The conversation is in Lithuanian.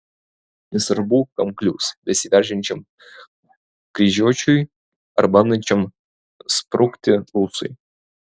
nesvarbu kam klius besiveržiančiam kryžiuočiui ar bandančiam sprukti rusui